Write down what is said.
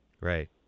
Right